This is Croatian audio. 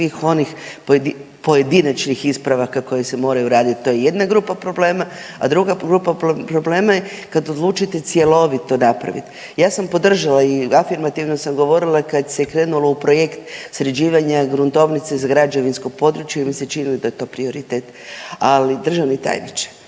svih onih pojedinačnih ispravaka koji se moraju raditi, to je jedna grupa problema. A druga grupa problema je kad odlučite cjelovito napraviti. Ja sam podržala i afirmativno sam govorila kad se krenulo u projekt sređivanja gruntovnice za građevinsko područje jer mi se činilo da je to prioritet, ali državni tajniče